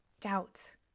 doubt